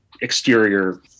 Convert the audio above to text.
exterior